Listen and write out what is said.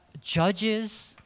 judges